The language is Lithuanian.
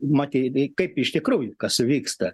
matei kaip iš tikrųjų kas vyksta